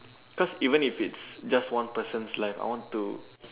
cause even if it's just one person's life I want to